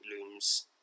looms